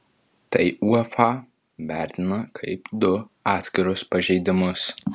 tai uefa vertina kaip du atskirus pažeidimus